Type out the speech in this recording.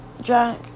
Jack